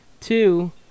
Two